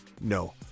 no